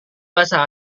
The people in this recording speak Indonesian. bahasa